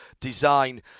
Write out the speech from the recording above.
design